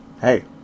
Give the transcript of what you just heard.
hey